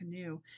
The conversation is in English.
canoe